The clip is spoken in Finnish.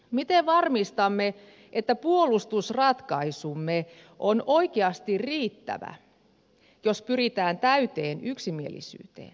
miten varmistamme että puolustusratkaisumme on oikeasti riittävä jos pyritään täyteen yksimielisyyteen